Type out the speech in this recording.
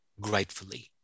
gratefully